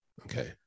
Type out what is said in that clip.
Okay